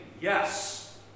yes